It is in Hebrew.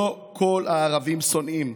לא כל הערבים שונאים.